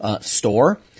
store